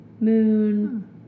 moon